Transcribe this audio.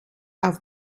auf